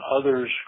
others